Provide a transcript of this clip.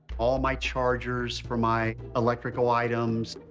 all my chargers for my electrical items.